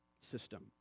system